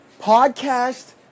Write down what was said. Podcast